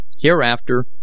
Hereafter